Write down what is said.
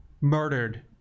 Murdered